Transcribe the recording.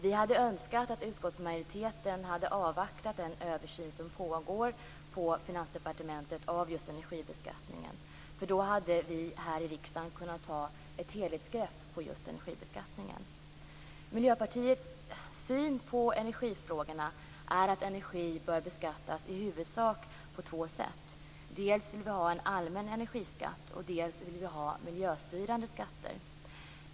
Vi hade önskat att utskottsmajoriteten hade avvaktat den översyn av energibeskattningen som pågår på Finansdepartementet. Då hade vi här i riksdagen kunnat ta ett helhetsgrepp på just energibeskattningen. Miljöpartiets syn på energifrågorna är att energi bör beskattas i huvudsak på två sätt. Dels vill vi ha en allmän energiskatt, dels vill vi ha miljöstyrande skatter.